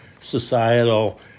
societal